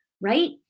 right